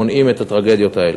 מונעים את הטרגדיות האלה.